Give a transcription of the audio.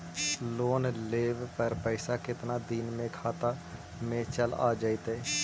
Loan लेब पर पैसा कितना दिन में खाता में चल आ जैताई?